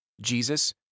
Jesus